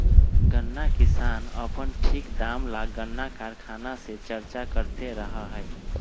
गन्ना किसान अपन ठीक दाम ला गन्ना कारखाना से चर्चा करते रहा हई